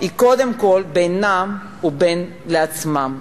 היא קודם כול בינם ובין עצמם,